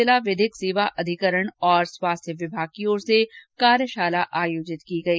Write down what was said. जिला विधिक सेवा अधिकरण और स्वास्थ्य विभाग की ओर से कार्यशाला आयोजित की गई